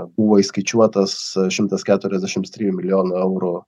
buvo įskaičiuotas šimtas keturiasdešims trijų milijonų eurų